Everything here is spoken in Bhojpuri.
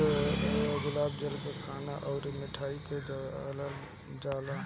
गुलाब जल के खाना अउरी मिठाई में डालल जाला